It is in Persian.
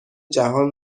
جهان